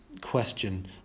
question